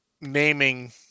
naming